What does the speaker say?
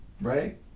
right